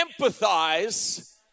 empathize